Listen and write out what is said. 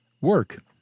work